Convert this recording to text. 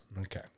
Okay